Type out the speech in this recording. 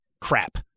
crap